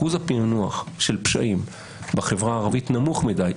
אחוז הפענוח של פשעים בחברה הערבית נמוך מדי.